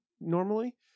normally